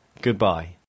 Goodbye